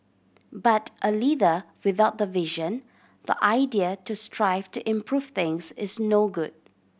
but a leader without the vision the idea to strive to improve things is no good